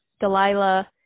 Delilah